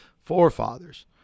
forefathers